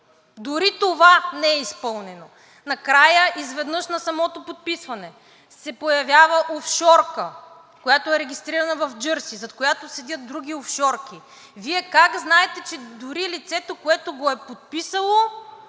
дори това не е изпълнено. Накрая на самото подписване изведнъж се появява офшорка, която е регистрирана в Джърси, зад която седят други офшорки. Вие как знаете, че дори лицето, което го е подписало,